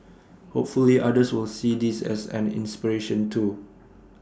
hopefully others will see this as an inspiration too